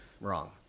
wrong